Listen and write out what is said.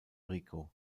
rico